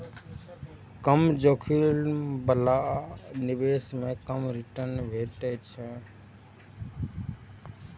कम जोखिम बला निवेश मे कम रिटर्न भेटै छै